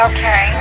Okay